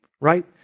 right